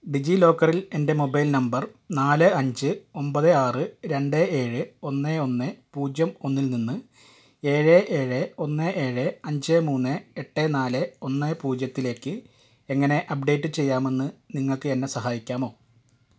ഡിജി ലോക്കറിൽ എൻ്റെ mobile number നാല് അഞ്ച് ഒമ്പത് ആറ് രണ്ട് ഏഴ് ഒന്ന് ഒന്ന് പൂജ്യം ഒന്നിൽ നിന്ന് ഏഴ് ഏഴ് ഒന്ന് ഏഴ് അഞ്ച് മൂന്ന് എട്ട് നാല് ഒന്ന് പൂജ്യത്തിലേക്ക് എങ്ങനെ അപ്ഡേറ്റ് ചെയ്യാമെന്ന് നിങ്ങൾക്ക് എന്നെ സഹായിക്കാമോ